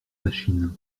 machine